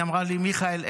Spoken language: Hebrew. היא אמרה לי: מיכאל,